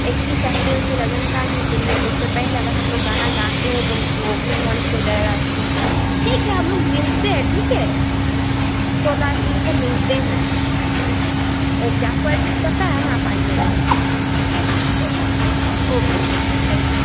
इक्कीस अप्रैल से लगन का भी दिन है तो उससे पहले अगर हम लोग गाना गाते हैं तो वह भी लॉन्च हो जाएगा अच्छे से ठीक है हम लोग मिलते हैं ठीक है सोलह अप्रैल को मिलते हैं ओके आपको एड्रेस पता है ना आप आइएगा ठीक है ओके चलिए थैंक यू